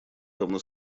давно